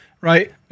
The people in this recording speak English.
right